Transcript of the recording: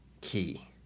key